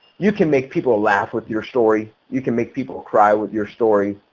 you can make people laugh with your story. you can make people cry with your story.